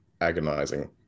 agonizing